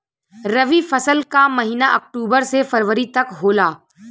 रवी फसल क महिना अक्टूबर से फरवरी तक होला